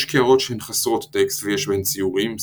יש קערות שהן חסרות טקסט ויש בהן ציורים,